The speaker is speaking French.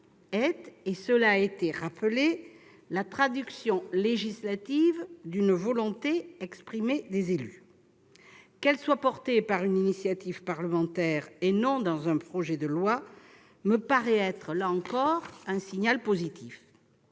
est, cela a été rappelé, la traduction législative d'une volonté exprimée par les élus. Que sa création soit engagée par une initiative parlementaire, et non par le biais d'un projet de loi, me paraît être, là encore, un signal positif.